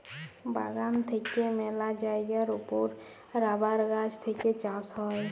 বাগান থেক্যে মেলা জায়গার ওপর রাবার গাছ থেক্যে চাষ হ্যয়